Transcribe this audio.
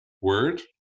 word